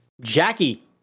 Jackie